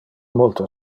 multo